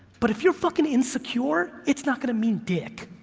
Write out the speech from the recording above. but if you're fucking insecure it's not gonna mean dick.